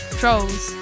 trolls